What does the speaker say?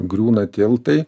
griūna tiltai